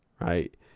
right